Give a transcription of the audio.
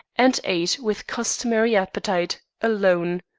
and ate with customary appetite, alone.